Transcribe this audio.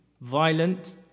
violent